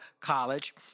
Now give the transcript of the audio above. college